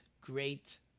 great